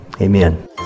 amen